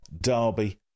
Derby